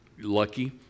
Lucky